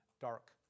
dark